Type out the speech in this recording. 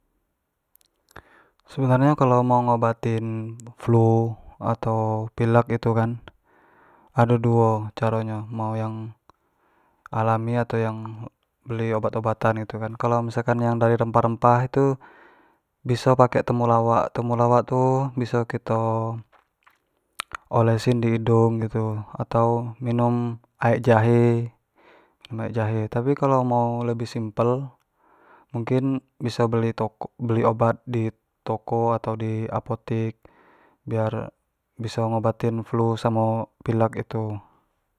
sebenar nyo kalua mau ngobatin flu atau pilek itu kan ado duo caro nyo, mau yang alami atau beli yang obat- obatan gitu kan, kalo misalkan dari yang rempah rempah itu biso pake temulawak, temulawak tu biso kito olesin ke hidung gitu atau minum aek jahe aek jahe, tapi kalua mau yang lebih simpel mungkin biso beli to biso beli obat di toko atau di apotek biar biso ngobatin flu samo pilek itu.